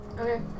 Okay